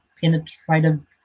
penetrative